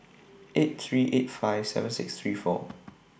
eight three eight five seven six three four